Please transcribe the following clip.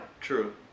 True